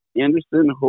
Anderson